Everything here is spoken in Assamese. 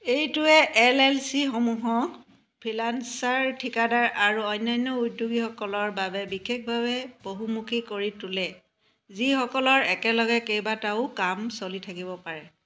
এইটোৱে এল এল চিসমূহক ফ্ৰীলান্সাৰ ঠিকাদাৰ আৰু অন্যান্য উদ্যোগীসকলৰ বাবে বিশেষভাৱে বহুমুখী কৰি তোলে যিসকলৰ একেলগে কেইবাটাও কাম চলি থাকিব পাৰে